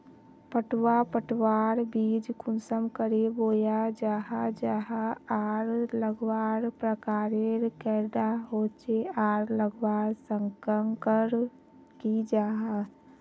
पटवा पटवार बीज कुंसम करे बोया जाहा जाहा आर लगवार प्रकारेर कैडा होचे आर लगवार संगकर की जाहा?